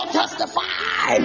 testify